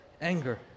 anger